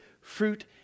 fruit